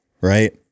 Right